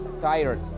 tired